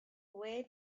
where